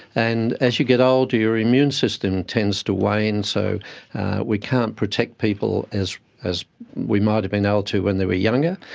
and as you get older your immune immune system tends to wane, so we can't protect people as as we might have been able to when they were younger,